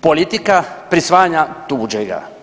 politika prisvajanja tuđega.